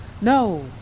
No